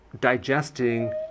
digesting